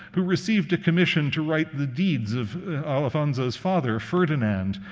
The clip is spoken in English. who received a commission to write the deeds of alfonso's father, ferdinand.